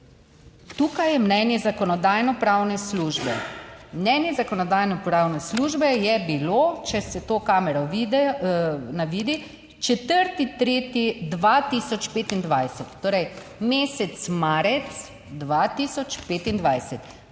Tukaj je mnenje Zakonodajno-pravne službe. Mnenje Zakonodajno-pravne službe je bilo, če se to v kamero vidi, na, vidi, 4. 3. 2025, torej mesec marec 2025.